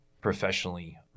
professionally